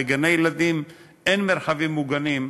בגני-ילדים אין מרחבים מוגנים,